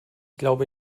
glaube